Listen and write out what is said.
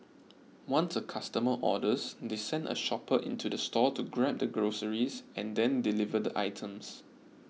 once a customer orders they send a shopper into the store to grab the groceries and then deliver the items